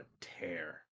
tear